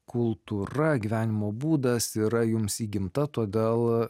kultūra gyvenimo būdas yra jums įgimta todėl